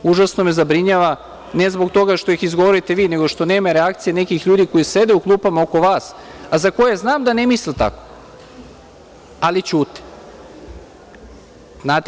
Užasno me zabrinjava, ne zbog toga što ih izgovarate vi, nego što nema reakcije nekih ljudi koji sede u klupama oko vas, a za koje znam da ne misle tako, ali ćute.